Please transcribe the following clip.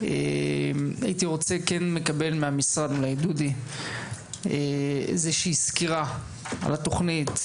הייתי רוצה לקבל ממשרד האוצר סקירה על התוכנית,